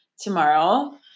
tomorrow